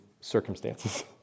circumstances